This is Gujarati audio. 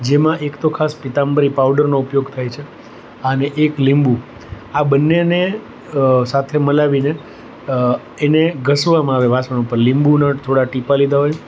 જેમાં એક તો ખાસ પીતાંબરી પાઉડરનો ઉપયોગ થાય છે અને એક લીંબુ આ બંનેને સાથે મળાવીને એને ઘસવામાં આવે વાસણ ઉપર લીંબુનાં થોડાં ટીપાં લીધા હોય